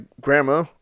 grandma